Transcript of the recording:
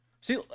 See